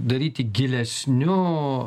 daryti gilesniu